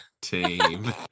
team